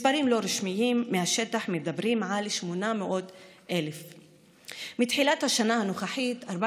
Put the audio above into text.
מספרים לא רשמיים מהשטח מדברים על 800,000. מתחילת השנה הנוכחית 14